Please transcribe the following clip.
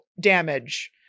damage